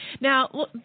Now